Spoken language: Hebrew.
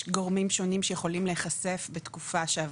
יש גורמים שונים שיכולים להיחשף בתקופה כזאת.